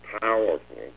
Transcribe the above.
powerful